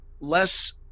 less